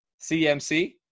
CMC